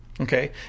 Okay